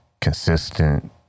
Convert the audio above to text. consistent